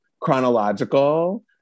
chronological